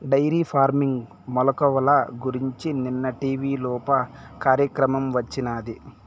dairy farming మెలుకువల గురించి నిన్న టీవీలోప కార్యక్రమం వచ్చినాది